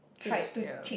change the